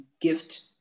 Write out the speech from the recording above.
gift